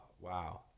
Wow